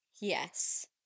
Yes